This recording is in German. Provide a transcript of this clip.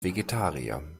vegetarier